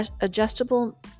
adjustable